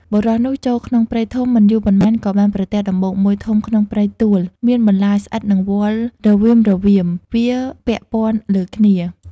បុរសនោះចូលក្នុងព្រៃធំមិនយូរប៉ុន្មានក៏បានប្រទះដំបូកមួយធំក្នុងព្រៃទួល មានបន្លាស្អិតនិងវល្លិ៍រវីមរវាម វារពាក់ព័ន្ធ លើគ្នា។